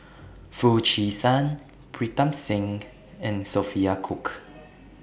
Foo Chee San Pritam Singh and Sophia Cooke